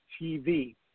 TV